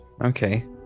okay